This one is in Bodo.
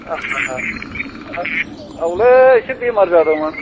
औलै एसे बेमार जादोंमोन